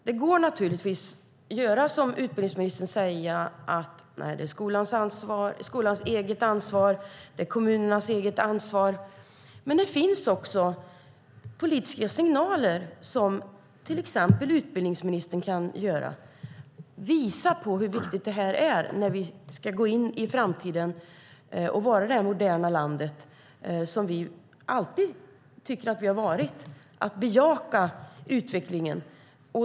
Det går naturligtvis att, som utbildningsministern gör, säga att det är skolans och kommunernas eget ansvar, men det finns också politiska signaler som till exempel utbildningsministern kan ge för att visa på hur viktigt det här är när vi ska gå in i framtiden, bejaka utvecklingen och vara det moderna land som vi alltid tycker att vi har varit.